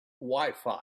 wifi